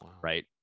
right